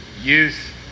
youth